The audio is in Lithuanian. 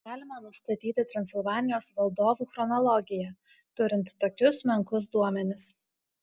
ar galima nustatyti transilvanijos valdovų chronologiją turint tokius menkus duomenis